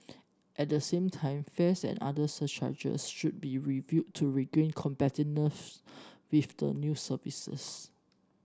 at the same time fares and other surcharges should be reviewed to regain competitiveness with the new services